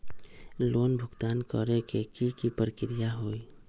Loan भुगतान करे के की की प्रक्रिया होई?